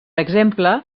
exemple